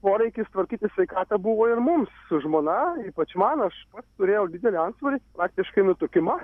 poreikis tvarkyti sveikatą buvo ir mums su žmona ypač man aš pats turėjau didelį antsvorį faktiškai nutukimą